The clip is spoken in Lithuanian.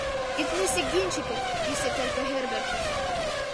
tik nesiginčykit įsiterpė herbertas